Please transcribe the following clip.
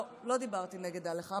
לא, לא דיברתי נגד ההלכה.